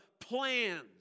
plans